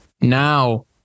Now